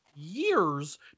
years